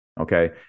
Okay